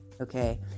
Okay